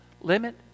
limit